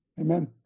Amen